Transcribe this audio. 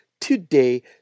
today